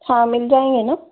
हाँ मिल जाएँगे ना